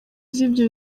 z’ibyo